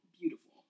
beautiful